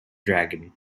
dragon